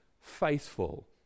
faithful